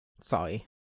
sorry